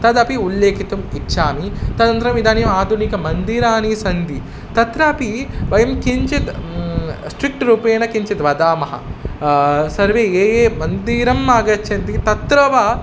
तदपि उल्लेखितुम् इच्छामि तदनन्तरम् इदानीम् आधुनिकमन्दिराणि सन्ति तत्रापि वयं किञ्चित् स्ट्रिक्ट् रूपेण किञ्चित् वदामः सर्वे ये ये मन्दिरम् आगच्छन्ति तत्र वा